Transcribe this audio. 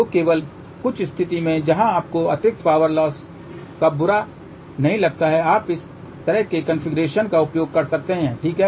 तो केवल कुछ स्थिति में जहां आपको अतिरिक्त पावर लॉस का बुरा नहीं लगता है आप इस तरह के कॉन्फ़िगरेशन का उपयोग कर सकते हैं ठीक है